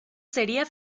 sería